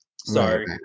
Sorry